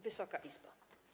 Wysoka Izbo!